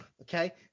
Okay